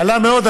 קלה מאוד.